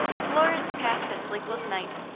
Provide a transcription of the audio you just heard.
florence passed a sleepless night.